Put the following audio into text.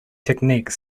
technique